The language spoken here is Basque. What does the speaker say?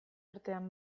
artean